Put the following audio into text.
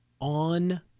on